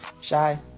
shy